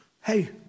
hey